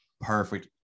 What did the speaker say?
perfect